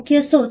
મુખ્ય શોધ